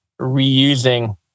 reusing